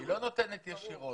היא לא נותנת ישירות.